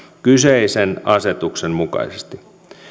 kyseisen asetuksen mukaisesti